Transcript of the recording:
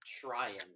trying